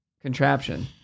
contraption